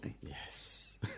Yes